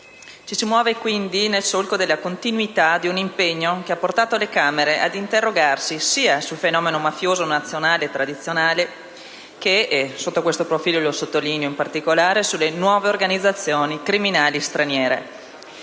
Ci si muove quindi nel solco della continuità di un impegno che ha portato le Camere ad interrogarsi sia sul fenomeno mafioso nazionale e tradizionale sia - sottolineo in particolare questo profilo - sulle nuove organizzazioni criminali straniere,